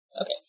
Okay